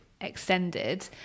extended